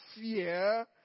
fear